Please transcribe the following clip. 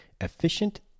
efficient